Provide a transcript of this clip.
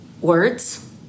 words